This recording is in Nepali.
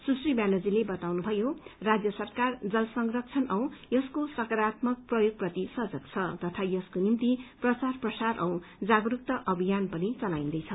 सुश्री ब्यानर्जीले बताउनुभयो राज्य सरकार जल संरक्षण औ यसको सकारात्मक प्रयोग प्रति सजग छ तथा यसको निम्ति प्रचार प्रसार औ जागरूकता अभियान पनि चलाइन्दैछ